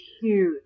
huge